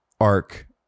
arc